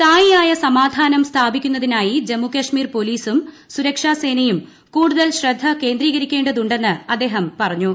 സ്ഥായിയായ സമാധാനം സ്ഥാപിക്കുന്നതിനായി ജമ്മു കശ്മീർ പോലീസും സുരക്ഷാസേനയും കൂടുതൽ ശ്രദ്ധ കേന്ദ്രീകരിക്കേണ്ടതുണ്ടെന്ന് അദ്ദേഹം പറഞ്ഞു